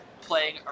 playing